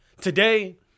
Today